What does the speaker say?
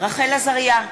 רחל עזריה,